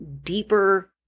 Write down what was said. deeper